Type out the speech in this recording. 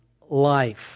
life